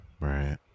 Right